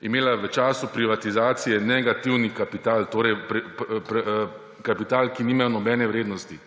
imela v času privatizacije negativni kapital, torej kapital, ki ni imel nobene vrednosti,